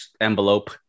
envelope